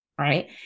right